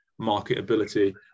marketability